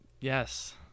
yes